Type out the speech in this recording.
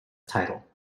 title